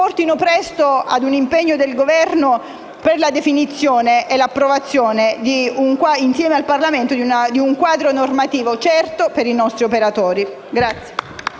porti presto a un impegno del Governo per la definizione - insieme al Parlamento - di un quadro normativo certo per i nostri operatori.